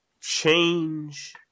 change